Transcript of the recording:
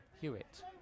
Hewitt